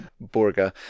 Borga